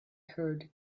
heard